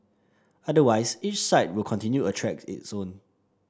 otherwise each site will continue to attract its own